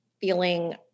feeling